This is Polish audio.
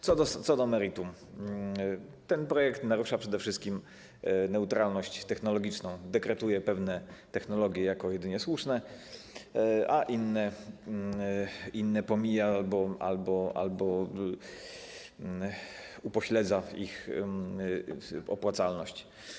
Co do meritum: ten projekt narusza przede wszystkim neutralność technologiczną, dekretuje pewne technologie jako jedynie słuszne, a inne pomija albo upośledza ich opłacalność.